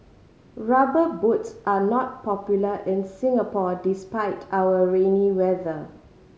Rubber Boots are not popular in Singapore despite our rainy weather